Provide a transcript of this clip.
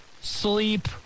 sleep